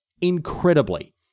incredibly